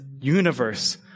universe